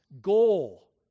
goal